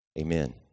amen